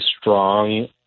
strong